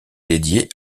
dédiée